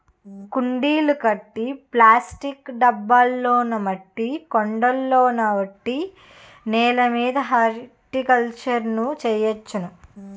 కుండీలు కట్టి ప్లాస్టిక్ డబ్బాల్లోనా మట్టి కొండల్లోన ఒట్టి నేలమీద హార్టికల్చర్ ను చెయ్యొచ్చును